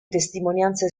testimonianze